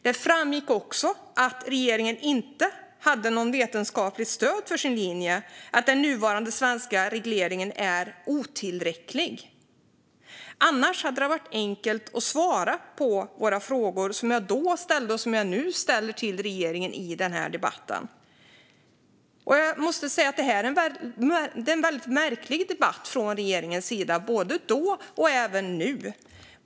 Det framgick också att regeringen inte hade något vetenskapligt stöd för sin linje att den nuvarande svenska regleringen är otillräcklig. Annars hade det varit enkelt att svara på de frågor som jag då ställde och som jag nu ställer till regeringen i den här debatten. Jag måste säga att det är en väldigt märklig argumentation från regeringens sida, både då och nu.